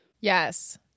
Yes